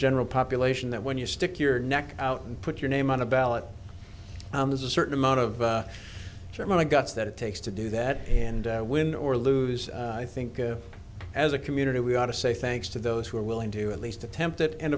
general population that when you stick your neck out and put your name on a ballot there's a certain amount of german the guts that it takes to do that and win or lose i think as a community we ought to say thanks to those who are willing to at least attempt it and